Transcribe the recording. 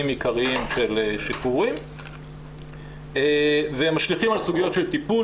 עיקריים של שחרורים והם משליכים על סוגיות של טיפול